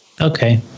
Okay